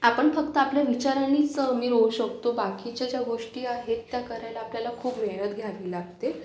आपण फक्त आपल्या विचारांनीच मिळवू शकतो बाकीच्या ज्या गोष्टी आहेत त्या करायला आपल्याला खूप मेहनत घ्यावी लागते